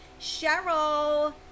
cheryl